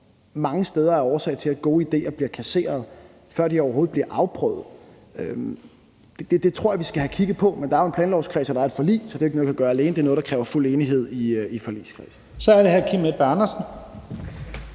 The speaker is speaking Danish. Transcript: mange steder er årsag til, at gode idéer bliver kasseret, før de overhovedet bliver afprøvet. Det tror jeg vi skal have kigget på, men der er jo en planlovskreds, og der er et forlig, så det er ikke noget, jeg kan gøre alene; det er noget, der kræver fuld enighed i forligskredsen. Kl. 19:47 Første næstformand (Leif